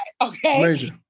okay